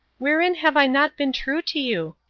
wherein have i not been true to you?